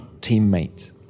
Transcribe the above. teammate